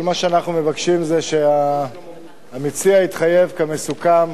כל מה שאנחנו מבקשים זה שהמציע יתחייב כמסוכם